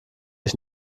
ich